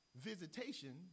visitation